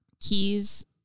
keys